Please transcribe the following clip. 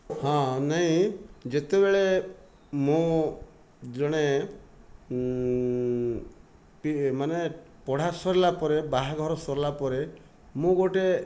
ହଁ ନାହିଁ ଯେତେବେଳେ ମୁଁ ଜଣେ ମାନେ ପଢ଼ା ସରିଲା ପରେ ବାହାଘର ସରିଲା ପରେ ମୁଁ ଗୋଟିଏ